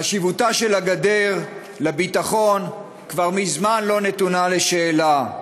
חשיבותה של הגדר לביטחון כבר מזמן לא נתונה לשאלה.